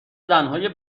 زنهای